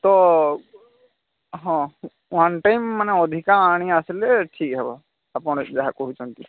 ତ ହଁ one time ମାନେ ଅଧିକା ଆଣି ଆସିଲେ ଠିକ୍ ହେବ ଆପଣ ଯାହା କହୁଛନ୍ତି